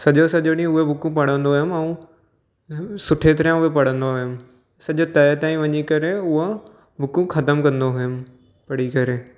सॼो सॼो ॾींहुं उहे बुकूं पढ़ंदो हुउमि ऐं सुठे तरह उए पढ़ंदो हुउमि सॼे तइ ताईं वञी करे उहे बुकूं ख़तमु कंदो हुउमि पढ़ी करे